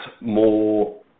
more